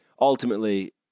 ultimately